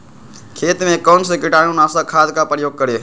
खेत में कौन से कीटाणु नाशक खाद का प्रयोग करें?